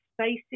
spaces